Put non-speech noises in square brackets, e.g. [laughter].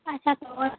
अच्छा [unintelligible]